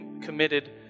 committed